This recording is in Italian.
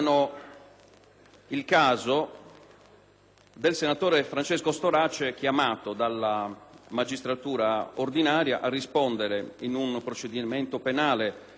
senatore Francesco Storace, chiamato dalla magistratura ordinaria a rispondere in un procedimento penale che pende presso il tribunale di Roma